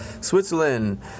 Switzerland